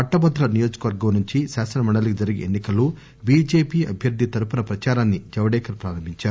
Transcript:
పట్టభద్రుల నియోజకవర్గం నుంచి శాసనమండలికి జరిగే ఎన్నికల్లో బిజెపి అభ్యర్ది తరఫున ప్రదారాన్ని జవడేకర్ ప్రారంభించారు